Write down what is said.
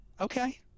Okay